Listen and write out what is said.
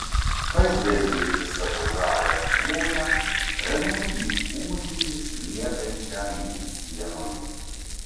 pažvelgė į savo žavią žmoną ramiai lyg kūdikis miegančią mėnesienoje